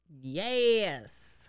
Yes